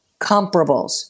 comparables